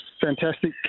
fantastic